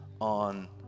on